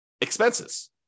expenses